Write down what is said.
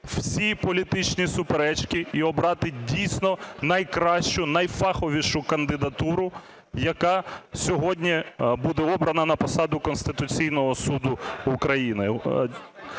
всі політичні суперечки і обрати дійсно найкращу, найфаховішу кандидатуру, яка сьогодні буде обрана на посаду Конституційного Суду України.